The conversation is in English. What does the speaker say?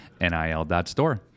NIL.Store